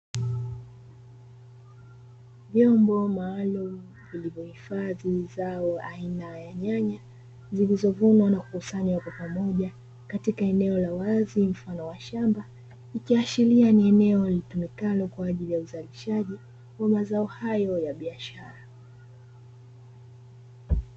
Vyombo maalumu vilivyo hifadhi zao aina ya nyanya zilizovunwa na kukusanywa kwa pamoja katika eneo la wazi mfano wa shamba, ikiashiria ni eneo litumikalo kwa ajili ya uzalishaji wa mazao hayo ya biashara.